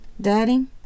Daddy